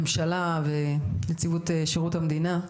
את הנציגים של הממשלה ואת נציבות שירות המדינה.